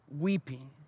weeping